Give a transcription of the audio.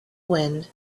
wind